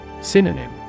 Synonym